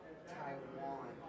Taiwan